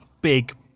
big